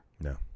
No